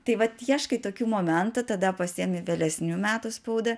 tai vat ieškai tokių momentų tada pasiemi vėlesnių metų spaudą